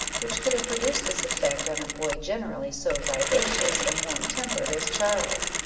which could have produced this effect on a boy generally so vivacious and warm-tempered as charles.